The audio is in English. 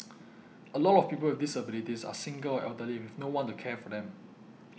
a lot of people with disabilities are single or elderly with no one to care for them